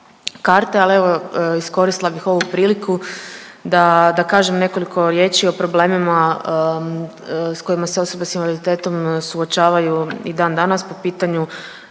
karte, ali evo iskoristila bih ovu priliku da, da kažem nekoliko riječi o problemima s kojima se osobe s invaliditetom suočavaju i dan danas po pitanju